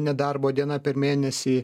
nedarbo diena per mėnesį